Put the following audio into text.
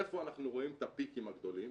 איפה אנחנו רואים את הפיקים הגדולים?